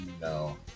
No